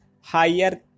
higher